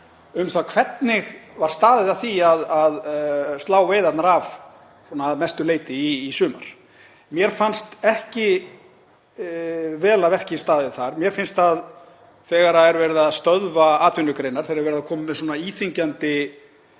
um það hvernig var staðið að því að slá veiðarnar af svona að mestu leyti í sumar. Mér fannst ekki vel að verki staðið þar. Þegar er verið að stöðva atvinnugreinar, þegar er verið að koma með svona íþyngjandi